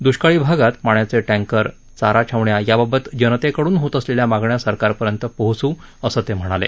दुष्काळी भागात पाण्याचे टँकर चारा छावण्या याबाबत जनतेकडून होत असलेल्या मागण्या सरकारपर्यंत पोहोचवू असं ते म्हणाले